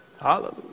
Hallelujah